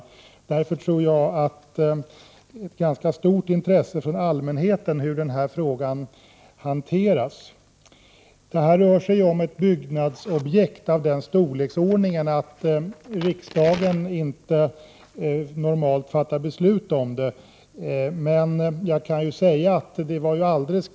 Jag tror därför att det finns ett ganska stort intresse hos allmänheten för hur den här frågan hanteras. Det rör sig här om ett byggnadsobjekt av den storleken att det normalt inte är riksdagen som fattar beslut.